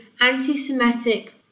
anti-semitic